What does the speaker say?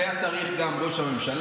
היה צריך גם את ראש הממשלה,